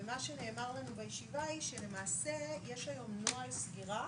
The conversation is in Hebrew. מה שנאמר לנו בישיבה זה שלמעשה יש היום נוהל סגירה